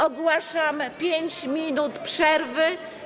Ogłaszam 5 minut przerwy.